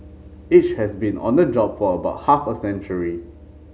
each has been on the job for about half a century